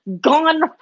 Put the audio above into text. gone